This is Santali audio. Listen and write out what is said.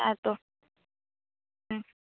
ᱦᱮᱸ ᱛᱚ ᱩᱸ